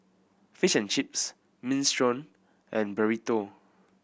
Fish and Chips Minestrone and Burrito